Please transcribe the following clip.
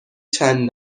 چند